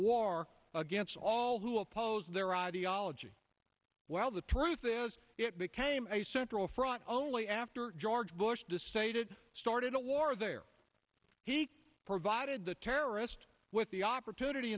war against all who oppose their ideology while the truth is it became a central front only after george bush decided started a war there he provided the terrorist with the opportunity